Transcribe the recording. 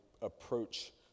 approach